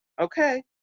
Okay